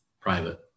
private